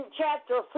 chapter